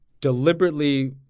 deliberately